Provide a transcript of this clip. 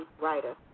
writer